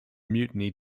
mutiny